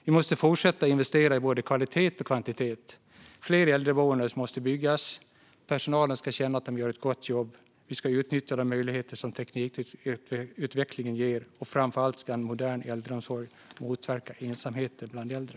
Vi måste fortsätta att investera i både kvalitet och kvantitet. Fler äldreboenden måste byggas. Personalen ska känna att de gör ett gott jobb. Vi ska utnyttja de möjligheter som teknikutvecklingen ger. Framför allt ska en modern äldreomsorg motverka ensamheten bland äldre.